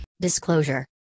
Disclosure